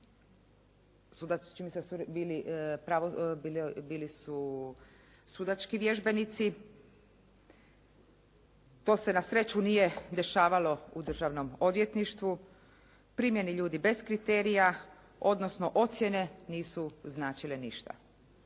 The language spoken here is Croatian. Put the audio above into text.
sudački vježbenici. To se na sreću nije dešavalo u državnom odvjetništvu, primljeni ljudi bez kriterija, odnosno ocjene nisu značile ništa.